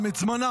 את זמנם,